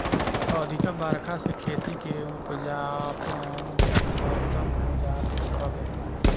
अधिका बरखा से खेती के उपजाऊपना खतम होत जात हवे